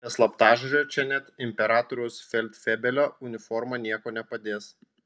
be slaptažodžio čia net imperatoriaus feldfebelio uniforma nieko nepadės